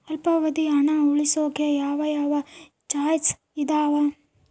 ಅಲ್ಪಾವಧಿ ಹಣ ಉಳಿಸೋಕೆ ಯಾವ ಯಾವ ಚಾಯ್ಸ್ ಇದಾವ?